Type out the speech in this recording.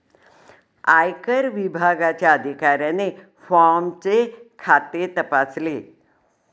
आयकर विभागाच्या अधिकाऱ्याने फॉर्मचे खाते तपासले